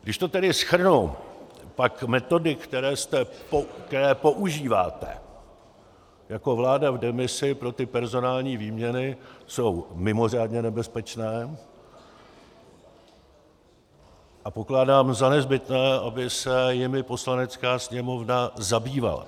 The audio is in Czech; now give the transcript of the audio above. Když to tedy shrnu, tak metody, které používáte jako vláda v demisi pro ty personální výměny, jsou mimořádně nebezpečné, a pokládám za nezbytné, aby se jimi Poslanecká sněmovna zabývala.